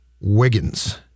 Wiggins